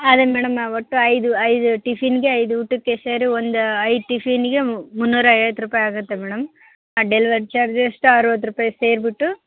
ಅದೇ ಮೇಡಮ ಒಟ್ಟು ಐದು ಐದು ಟಿಫೀನಿಗೆ ಐದು ಊಟಕ್ಕೆ ಸೇರಿ ಒಂದು ಐದು ಟಿಫೀನಿಗೆ ಮುನ್ನೂರ ಐವತ್ತು ರೂಪಾಯಿ ಆಗುತ್ತೆ ಮೇಡಮ್ ಡೆಲ್ವರಿ ಚಾರ್ಜ್ ಎಕ್ಸ್ಟ್ರಾ ಅರ್ವತ್ತು ರೂಪಾಯಿ ಸೇರ್ಬಿಟ್ಟು